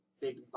big